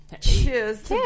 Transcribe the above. Cheers